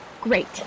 Great